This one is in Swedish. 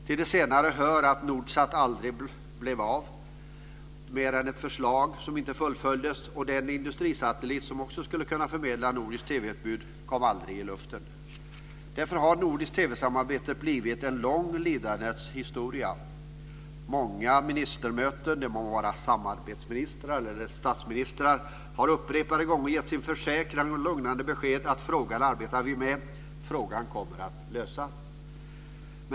Till de senare hör att Nordsat aldrig blev mer än ett förslag som inte fullföljdes, och den industrisatellit som skulle kunna förmedla nordiskt TV-utbud kom aldrig i luften. Därför har nordiskt TV-samarbete blivit en lång lidandets historia. Många ministermöten, det må vara samarbetsministrar eller statsministrar, har upprepade gånger gett sin försäkran och lugnande besked att frågan arbetar vi med, frågan kommer att lösas.